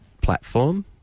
platform